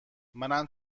منم